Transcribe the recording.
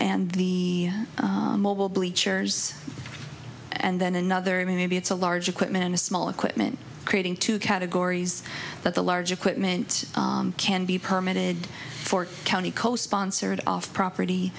and the mobile bleachers and then another maybe it's a large equipment and a small equipment creating two categories but the large equipment can be permitted for county co sponsored off property